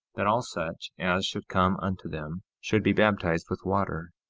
that all such as should come unto them should be baptized with water,